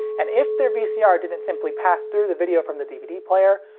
and if their vcr didn't simply pass-through the video from the dvd player,